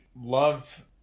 love